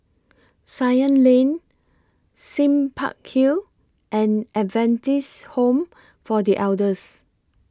Ceylon Lane Sime Park Hill and Adventist Home For The Elders